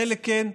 חלק כן.